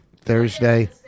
Thursday